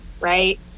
right